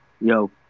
Yo